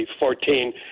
2014